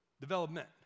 Development